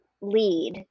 lead